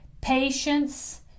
patience